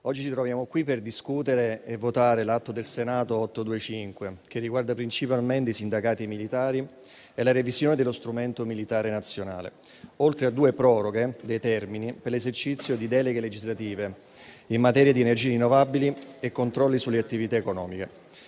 oggi ci troviamo qui per discutere e votare l'Atto Senato 825, che riguarda principalmente i sindacati militari e la revisione dello strumento militare nazionale, oltre a due proroghe dei termini per l'esercizio di deleghe legislative in materia di energie rinnovabili e controlli sulle attività economiche.